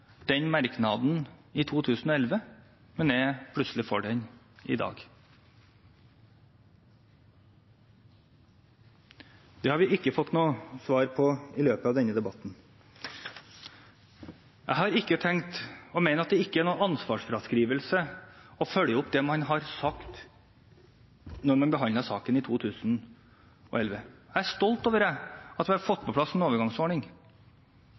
den merknaden i 2011, men plutselig for den i dag? Det har vi ikke fått noe svar på i løpet av denne debatten. Jeg har ikke tenkt å mene at det er noen ansvarsfraskrivelse å følge opp det man sa da man behandlet saken i 2011. Jeg er stolt over at vi har fått på plass en overgangsordning.